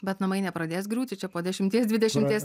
bet namai nepradės griūti čia po dešimties dvidešimties